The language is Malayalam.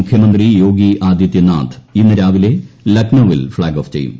മുഖ്യമന്ത്രി യോഗി ആദിത്യനാഥ് ഇന്ന് രാവിലെ ലക്നൌവിൽ ഫ്ളാഗ് ഓഫ് ചെയ്യും